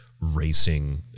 racing